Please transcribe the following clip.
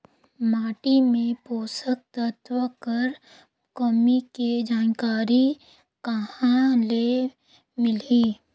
माटी मे पोषक तत्व कर कमी के जानकारी कहां ले मिलही?